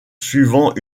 suivant